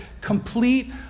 Complete